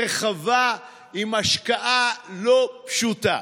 רחבה, עם השקעה לא פשוטה.